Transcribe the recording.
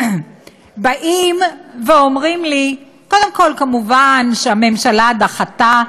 קודם כול, כמובן שהממשלה דחתה.